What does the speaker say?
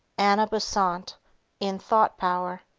anna besant in thought power